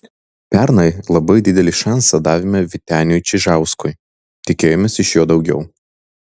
pernai labai didelį šansą davėme vyteniui čižauskui tikėjomės iš jo daugiau